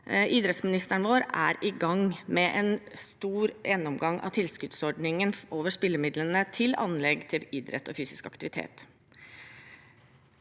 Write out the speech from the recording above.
idrettsministeren vår er i gang med en stor gjennomgang av tilskuddsordningen for spillemidler til anlegg for idrett og fysisk aktivitet.